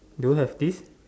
do you have this